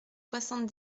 soixante